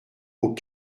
aux